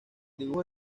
dibujo